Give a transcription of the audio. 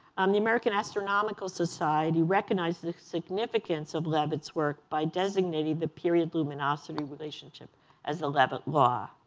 um the american astronomical society recognized the significance of leavitt's work by designating the period luminosity relationship as the leavitt law.